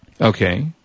Okay